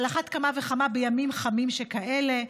על אחת כמה וכמה בימים חמים שכאלה.